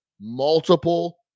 multiple